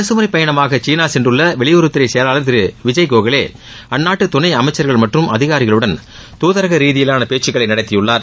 அரசு முறை பயணமாக சீனா சென்றுள்ள வெளியுறவுத்துறை செயலாளர் திரு விஜய் கோகலே அந்நாட்டு துணை அமைச்சா்கள் மற்றும் அதிகாரிகளுடன் தூதரக ரீதியிலான பேச்சுக்களை நடத்தியுள்ளார்